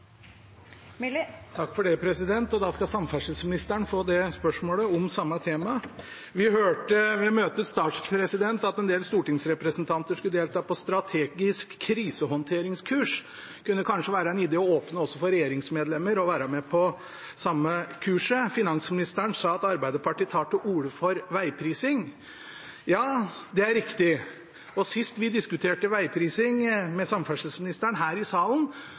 Da skal samferdselsministeren få spørsmål om samme tema. Vi hørte ved møtets start at en del stortingsrepresentanter skulle delta på strategisk krisehåndteringskurs. Det kunne kanskje være en idé å åpne for at også regjeringsmedlemmer kan være med på det samme kurset. Finansministeren sa at Arbeiderpartiet tar til orde for vegprising. Ja, det er riktig, og sist vi diskuterte vegprising med samferdselsministeren her i salen,